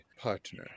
partner